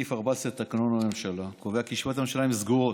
סעיף 14 לתקנון הממשלה קובע כי ישיבות הממשלה הן סגורות.